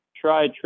try